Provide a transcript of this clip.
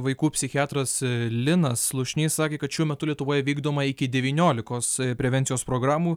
vaikų psichiatras linas slušnys sakė kad šiuo metu lietuvoje vykdoma iki devyniolikos prevencijos programų